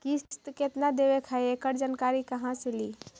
किस्त केत्ना देबे के है एकड़ जानकारी कहा से ली?